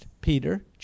Peter